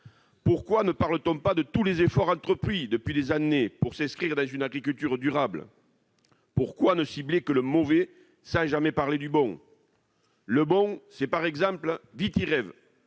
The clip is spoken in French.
Pourquoi ne parle-t-on pas de tous les efforts entrepris depuis des années pour s'inscrire dans une agriculture durable ? Pourquoi ne cibler que le mauvais, sans jamais parler du bon ? Le bon, c'est par exemple VitiREV, un